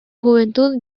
juventud